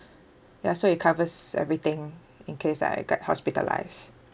ya so it covers everything in case I get hospitalised